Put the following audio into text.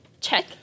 check